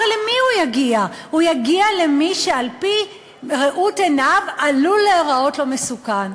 הוא יגיע למי שעל-פי ראות עיניו עלול להיראות לו מסוכן.